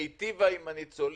היטיבה מאוד עם הניצולים.